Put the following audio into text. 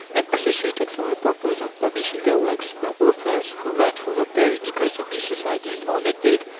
and associated for the purpose of publishing their works. the authors who write for the periodicals of these societies are not paid,